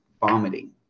vomiting